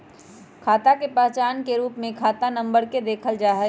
खाता के पहचान के रूप में खाता नम्बर के देखल जा हई